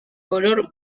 color